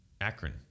Akron